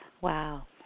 wow